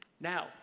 Now